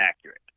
accurate